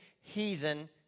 heathen